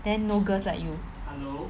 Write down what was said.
then no girls like you